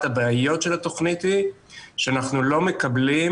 הבעיות של התכנית היא שאנחנו לא מקבלים,